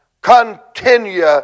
continue